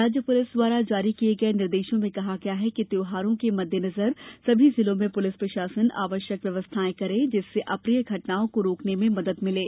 राज्य पुलिस द्वारा जारी किए गए निर्देशों में कहा गया है कि त्योहारों के मद्देनजर सभी जिलों में पुलिस प्रशासन आवश्यक व्यवस्थाएं करें जिससे अप्रिय घटनाओं को रोकने में मदद मिले